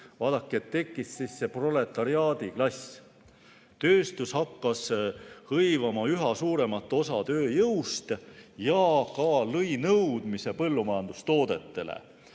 Vaadake, tekkis proletariaadiklass, tööstus hakkas hõivama üha suuremat osa tööjõust ja lõi ka nõudmise põllumajandustoodete